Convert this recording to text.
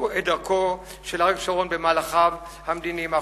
את דרכו של אריק שרון במהלכיו המדיניים האחרונים.